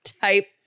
Type